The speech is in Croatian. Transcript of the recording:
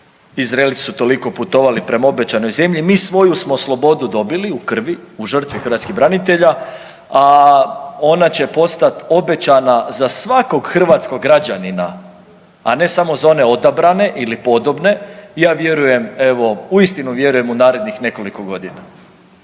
Izraelci su toliko putovali prema obećanoj zemlji. Mi svoju smo slobodu dobili u krvi, u žrtvi hrvatskih branitelja, a ona će postati obećana za svakog hrvatskog građanina, a ne samo za one odabrane ili podobne. Ja vjerujem, evo, uistinu vjerujem, u narednih nekoliko godina.